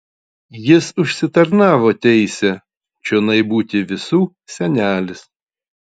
jis užsitarnavo teisę čionai būti visų senelis